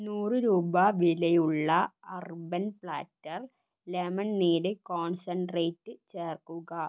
നൂറ് രൂപ വിലയുള്ള അർബൻ പ്ലാറ്റർ ലെമൺ നീര് കോൺസെൻട്രേറ്റ് ചേർക്കുക